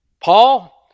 Paul